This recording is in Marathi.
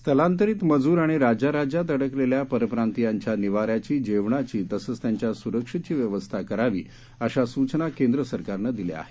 स्थलांतरीत मजुर आणि राज्या राज्यात अडकलेल्या परप्रांतीयांच्या निवाऱ्याची जेवणाची तसचं त्यांच्या सुरक्षेची व्यवस्था करावी अशा सुचना केंद्र सरकारनं दिल्या आहेत